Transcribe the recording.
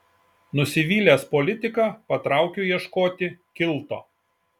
nusivylęs politika patraukiu ieškoti kilto